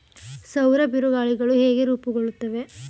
ಸೌರ ಬಿರುಗಾಳಿಗಳು ಹೇಗೆ ರೂಪುಗೊಳ್ಳುತ್ತವೆ?